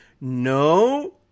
No